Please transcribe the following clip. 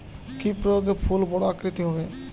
কি প্রয়োগে ফুল বড় আকৃতি হবে?